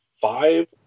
five